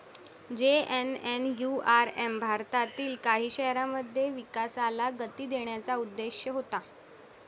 JNNURM भारतातील काही शहरांमध्ये विकासाला गती देण्याचा उद्देश होता